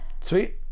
sweet